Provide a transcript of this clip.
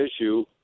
issue